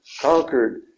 conquered